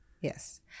yes